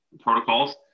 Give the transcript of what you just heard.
protocols